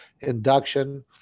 induction